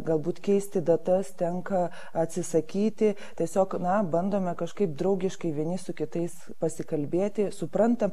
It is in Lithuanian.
galbūt keisti datas tenka atsisakyti tiesiog na bandome kažkaip draugiškai vieni su kitais pasikalbėti suprantam